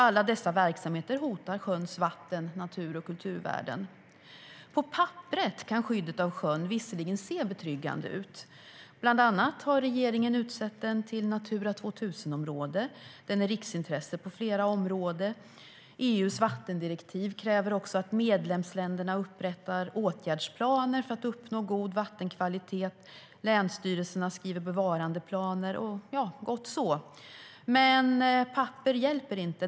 Alla dessa verksamheter hotar sjöns vatten och natur och kulturvärden. På papperet kan skyddet av sjön se betryggande ut. Bland annat har regeringen utsett den till ett Natura 2000-område. Den är ett riksintresse på flera områden. EU:s vattendirektiv kräver att medlemsländerna upprättar åtgärdsplaner för att uppnå god vattenkvalitet. Och länsstyrelserna skriver bevarandeplaner. Det är gott så, men papper hjälper inte.